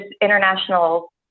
international